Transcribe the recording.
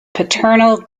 paternal